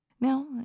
Now